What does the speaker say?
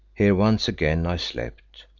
here once again i slept,